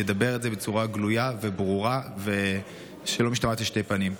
ידבר את זה בצורה גלויה וברורה ושלא משתמעת לשתי פנים.